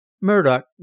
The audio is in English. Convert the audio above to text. Murdoch